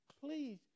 please